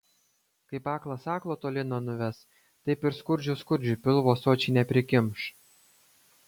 kaip aklas aklo toli nenuves taip ir skurdžius skurdžiui pilvo sočiai neprikimš